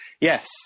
Yes